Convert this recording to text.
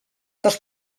dels